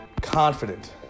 confident